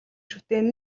шүтээн